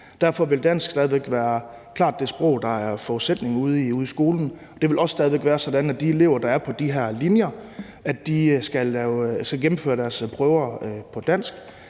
Derfor vil dansk stadig væk klart være det sprog, der er forudsætningen ude i skolen, og det vil også stadig væk være sådan, at de elever, der er på de her linjer, skal gennemføre deres prøver på dansk.